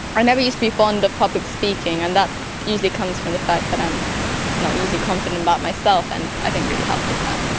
ah never used to be fond of public speaking and that usually comes from the fact that i'm not usually confident about myself and i think really helped with that.